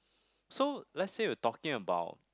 so let's say we're talking about